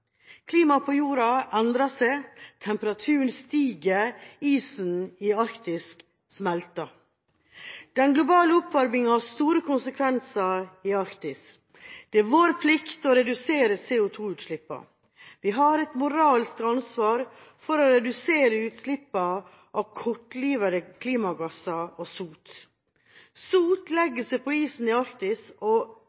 Klimaet på jorda endrer seg. Temperaturen stiger. Isen i Arktis smelter. Den globale oppvarmingen har store konsekvenser i Arktis. Det er vår plikt å redusere CO2-utslippene. Vi har et moralsk ansvar for å redusere utslippene av kortlivede klimagasser og sot. Sot